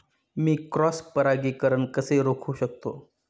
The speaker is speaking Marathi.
मी क्रॉस परागीकरण कसे रोखू शकतो?